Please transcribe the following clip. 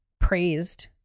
praised